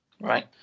right